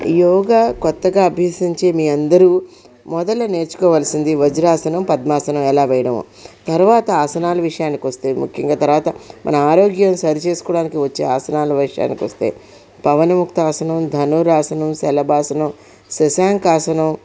యోగా కొత్తగా అభ్యసించి మీ అందరూ మొదలు నేర్చుకోవాల్సింది వజ్రాసనం పద్మాసనం ఎలా వేయడం తర్వాత ఆసనాలు విషయానికి వస్తే ముఖ్యంగా తర్వాత మన ఆరోగ్యం సరి చేసుకోవడానికి వచ్చే ఆసనాలు విషయానికి వస్తే పవన ముక్త ఆసనం ధనురాసనం శలభాసనం శశాంక ఆసనం